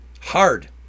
hard